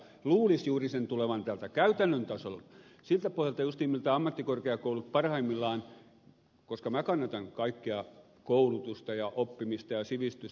luulisi juuri sen tulevan täältä käytännön tasolta siltä pohjalta justiin miltä ammattikorkeakoulut parhaimmillaan lähtevät koska minä kannatan kaikkea koulutusta ja oppimista ja sivistystä